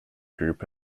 group